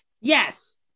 Yes